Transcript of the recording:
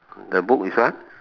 the book is what